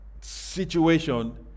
situation